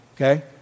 okay